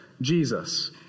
Jesus